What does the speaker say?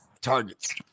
targets